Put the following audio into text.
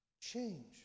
Change